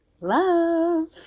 Love